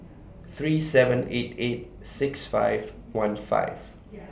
three seven eight eight six five one five